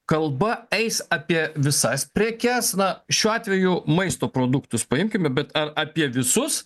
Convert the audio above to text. kalba eis apie visas prekes na šiuo atveju maisto produktus paimkime bet ar apie visus